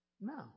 No